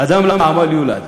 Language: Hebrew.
"אדם לעמל יולד".